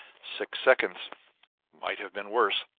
six seconds might have been worse.